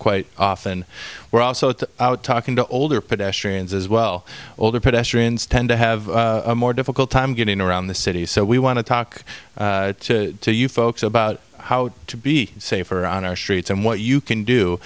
quite often were also to out talking to older pedestrians as well older pedestrians tend to have a more difficult time getting around the city so we want to talk to you folks about how to be safer on our streets and what you can do